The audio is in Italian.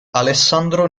alessandro